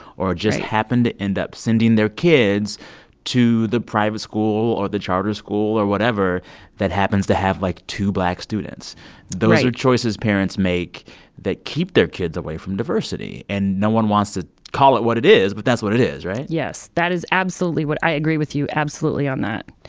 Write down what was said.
or just happened to end up sending their kids to the private school or the charter school or whatever that happens to have, like, two black students right those are choices parents make that keep their kids away from diversity. and no one wants to call it what it is, but that's what it is, right? yes. that is absolutely i agree with you absolutely on that.